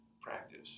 practice